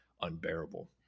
unbearable